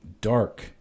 dark